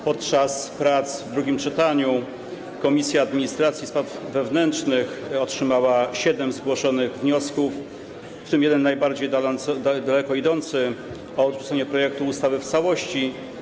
Podczas prac w drugim czytaniu Komisja Administracji i Spraw Wewnętrznych otrzymała siedem zgłoszonych wniosków, w tym jeden najdalej idący - o odrzucenie projektu ustawy w całości.